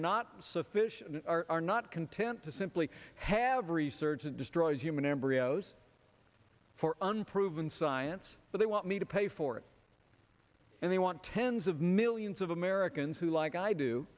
not sufficient are not content to simply have research that destroys human embryos for unproven science but they want me to pay for it and they want tens of millions of americans who like i do